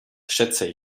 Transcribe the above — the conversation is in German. schätze